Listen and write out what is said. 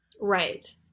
Right